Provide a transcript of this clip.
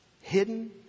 hidden